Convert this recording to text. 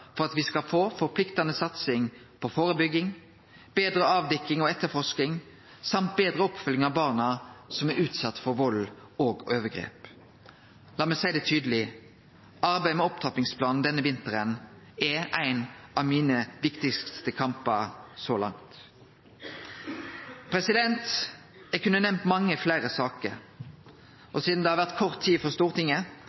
for at me skal få forpliktande satsing på førebygging, betre avdekking og etterforsking og betre oppfølging av dei barna som er utsette for vald og overgrep. La meg seie det tydeleg: Arbeidet med opptrappingsplanen denne vinteren er ein av dei viktigaste kampane mine så langt. Eg kunne nemnt mange fleire saker.